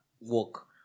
work